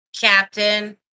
Captain